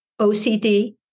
OCD